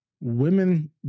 Women